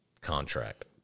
contract